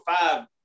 five